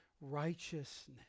righteousness